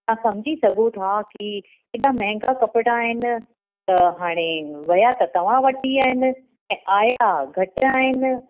तव्हां सम्झी सघो था की एॾा महांगा कपिड़ा आहिनि त हाणे वया त तव्हां वटि ई आहिनि ऐं आया घटि आहिनि